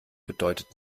bedeutet